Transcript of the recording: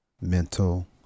mental